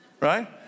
right